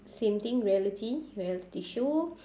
same thing reality reality show